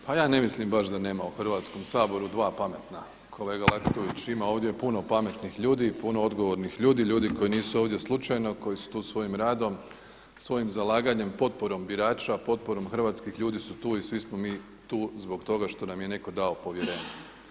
Pa ja ne mislim baš da nema u Hrvatskom saboru dva pametna, kolega Lacković ima ovdje puno pametnih ljudi i puno odgovornih ljudi, ljudi koji nisu ovdje slučajno, koji su tu svojim radom, svojim zalaganjem, potporom birača, potporom hrvatskih ljudi su tu i svi smo mi tu zbog toga što nam je neko dao povjerenje.